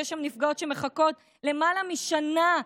יש שם נפגעות שמחכות למעלה משנה,